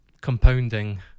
compounding